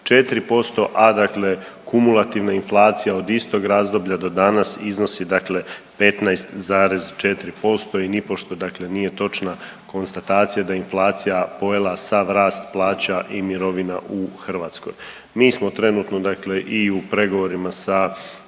33,4%, a dakle kumulativna inflacija od istog razdoblja do danas iznosi dakle 15,4% i nipošto dakle nije točna konstatacija da je inflacija pojela sav rast plaća i mirovina u Hrvatskoj. Mi smo trenutno dakle i u pregovorima sa čelnicima